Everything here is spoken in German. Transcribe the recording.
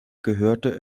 gehörte